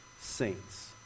saints